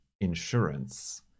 insurance